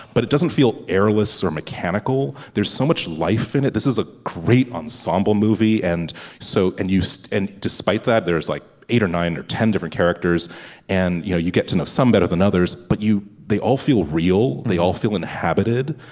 but it doesn't feel airless or mechanical. there's so much life in it. this is a great ensemble movie and so and you. so and despite that there's like eight or nine or ten different characters and you know you get to know some better than others but you they all feel real. they all feel inhabited.